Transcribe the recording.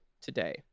today